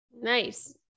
Nice